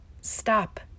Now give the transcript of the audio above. stop